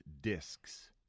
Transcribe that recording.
discs